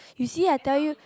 you see I tell you